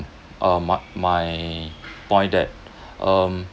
uh my my point that um